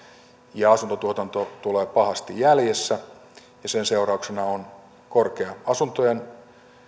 ja asuntotuotanto tulee pahasti jäljessä ja sen seurauksena on korkea asuntojen